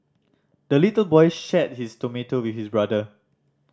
the little boy shared his tomato with his brother